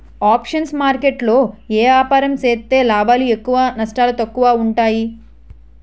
options market లో ఏపారం సేత్తే లాభాలు ఎక్కువ నష్టాలు తక్కువ ఉంటాయి